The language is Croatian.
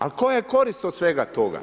Ali koja je korist od svega toga?